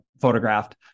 photographed